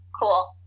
Cool